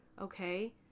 okay